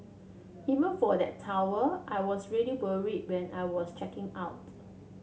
even for that towel I was really worry when I was checking out